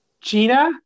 Gina